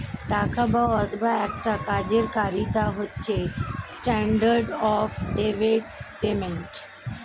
টাকা বা অর্থের একটা কার্যকারিতা হচ্ছে স্ট্যান্ডার্ড অফ ডেফার্ড পেমেন্ট